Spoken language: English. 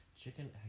Chicken